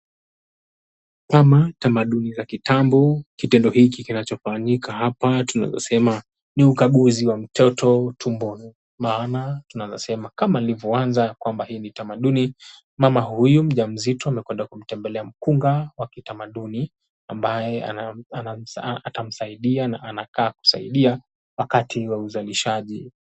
Kama tamaduni za kitambo, kitendo hiki kinachofanyika hapa tunaweza sema ni ukaguzi wa mtoto tumboni. Maana tunaweza sema kama nilivyoanza ya kwamba hii ni tamaduni, mama huyu mjamzito amekwenda kumtembelea mkunga wa kitamaduni ambaye atamsaidia na anakaa kusaidia wakati wa uzalishaji.